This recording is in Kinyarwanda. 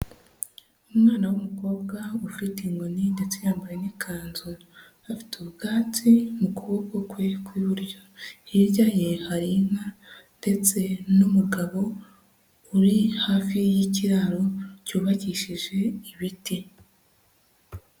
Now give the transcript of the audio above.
Umwana w'umukobwa ufite inkoni ndetse yambaye n'ikanzu, afite ubwatsi mu kuboko kwe kw'iburyo, hirya ye hari inka ndetse n'umugabo uri hafi y'ikiraro cyubakishije ibiti.